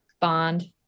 bond